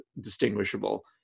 distinguishable